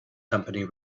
company